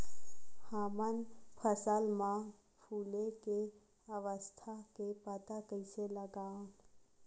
हमन फसल मा फुले के अवस्था के पता कइसे लगावन?